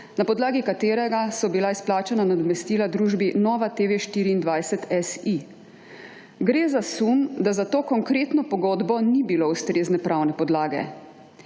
na podlagi katerega so bila izplačana nadomestila družbi Nova TV 24 SI. Gre za sum, da za to konkretno pogodbo ni bilo ustrezne pravne podlage,